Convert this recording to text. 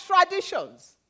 traditions